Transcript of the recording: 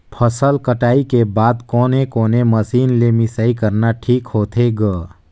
फसल कटाई के बाद कोने कोने मशीन ले मिसाई करना ठीक होथे ग?